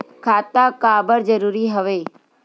खाता का बर जरूरी हवे?